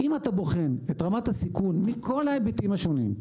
אם אתה בוחן את רמת הסיכון מכל ההיבטים השונים,